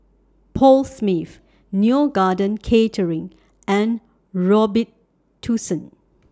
Paul Smith Neo Garden Catering and Robitussin